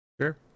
Sure